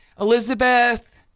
Elizabeth